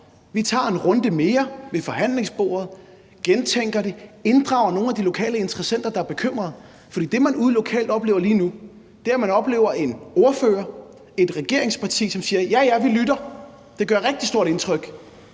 og tager en runde mere ved forhandlingsbordet, gentænker det og inddrager nogle af de lokale interessenter, der er bekymrede? Men det, man ude lokalt oplever lige nu, er en ordfører og et regeringsparti, som siger: Vi lytter, og det gør rigtig stort indtryk,